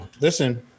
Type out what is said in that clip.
Listen